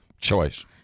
choice